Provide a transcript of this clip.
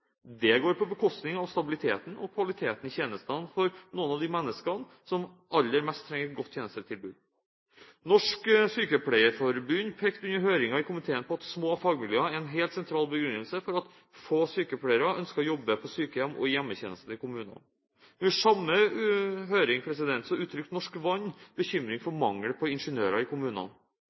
Det går på bekostning av stabiliteten og kvaliteten i tjenestene for noen av de menneskene som aller mest trenger et godt tjenestetilbud. Norsk Sykepleierforbund pekte under høringen i komiteen på at små fagmiljøer er en helt sentral begrunnelse for at få sykepleiere ønsker å jobbe på sykehjem og i hjemmetjenestene i kommunene. Under samme høring uttrykte Norsk Vann bekymring for mangel på ingeniører i kommunene.